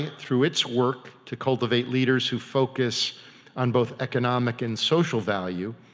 through it's work to cultivate leaders who focus on both economic and social value,